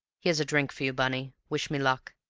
here's a drink for you, bunny. wish me luck.